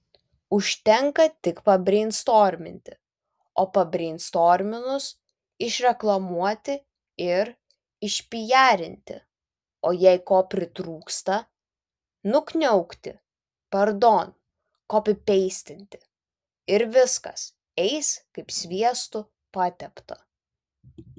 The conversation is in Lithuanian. užtenka tik pabreinstorminti o pabreinstorminus išreklamuoti ir išpijarinti o jei ko pritrūksta nukniaukti pardon kopipeistinti ir viskas eis kaip sviestu patepta